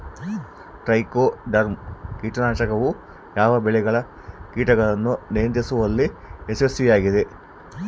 Trichoderma ಕೇಟನಾಶಕವು ಯಾವ ಬೆಳೆಗಳ ಕೇಟಗಳನ್ನು ನಿಯಂತ್ರಿಸುವಲ್ಲಿ ಯಶಸ್ವಿಯಾಗಿದೆ?